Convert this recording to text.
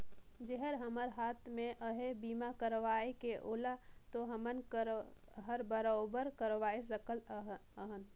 जेहर हमर हात मे अहे बीमा करवाये के ओला तो हमन हर बराबेर करवाये सकत अहन